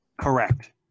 Correct